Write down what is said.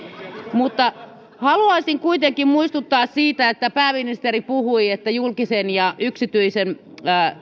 mutta haluaisin kuitenkin muistuttaa siitä että pääministeri puhui että julkisen ja yksityisen